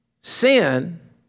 sin